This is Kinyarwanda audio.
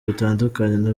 bitandukanye